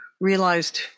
realized